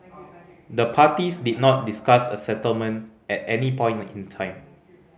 the parties did not discuss a settlement at any point in time